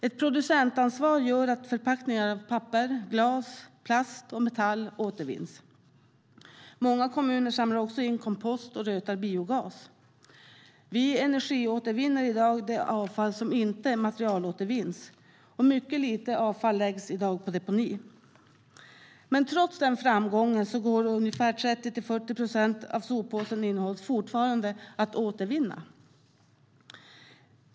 Ett producentansvar gör att förpackningar av papper, glas, plast och metall återvinns. Många kommuner samlar också in kompost och rötar biogas. Vi energiåtervinner i dag det avfall som inte materialåtervinns, och mycket lite avfall läggs i dag på deponi. Men trots framgången går ungefär 30-40 procent av soppåsens innehåll fortfarande att återvinna.